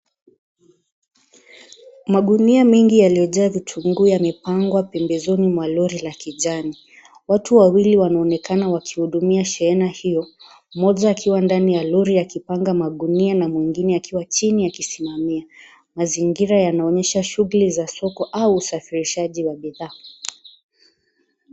Magunia mingi yaliyojaa vitunguu yamepangwa pembezoni mwa lori la kijani. Watu wawili wanaonekana wakihudumia shehena hiyo, moja akiwa ndani ya lori akipanda magunia na mwingine akiwa chini akisimamia. Mazingira yanaonyesha shughuli za soko au usafirishaji wa bidhaa.